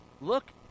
look